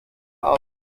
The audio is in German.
art